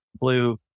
blue